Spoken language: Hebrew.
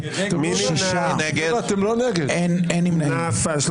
הצבעה לא אושרה נפל.